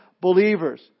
believers